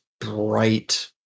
bright